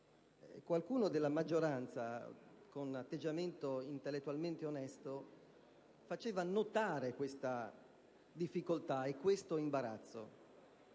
esponente della maggioranza, con atteggiamento intellettualmente onesto, faceva notare questa difficoltà e questo imbarazzo.